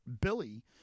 Billy